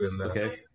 Okay